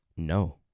No